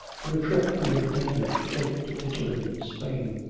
of a trip he intended to take to italy and spain,